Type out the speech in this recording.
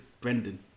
Brendan